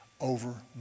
over